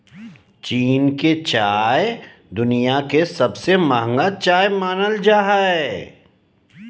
चीन के चाय दुनिया के सबसे महंगा चाय मानल जा हय